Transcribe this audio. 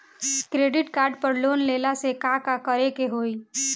Credit card पर loan लेला से का का करे क होइ?